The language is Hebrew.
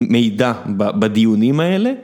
מידע בדיונים האלה.